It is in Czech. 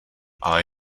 ale